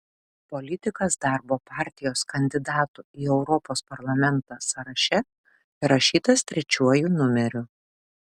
politikas darbo partijos kandidatų į europos parlamentą sąraše įrašytas trečiuoju numeriu